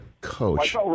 coach